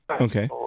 Okay